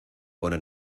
pone